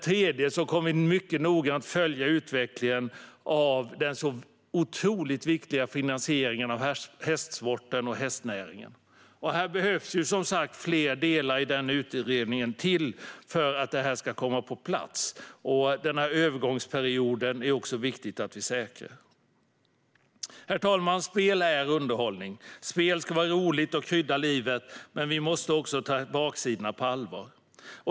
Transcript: Vi kommer mycket noggrant att följa utvecklingen av den otroligt viktiga finansieringen av hästsporten och hästnäringen. Det behövs, som sagt, fler delar i den utredningen för att detta ska komma på plats. Det är också viktigt att vi säkrar den här övergångsperioden. Herr talman! Spel är underhållning. Spel ska vara roligt och krydda livet, men vi måste också ta baksidorna på allvar.